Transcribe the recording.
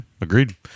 agreed